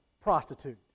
prostitute